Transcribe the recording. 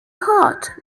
hot